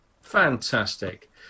fantastic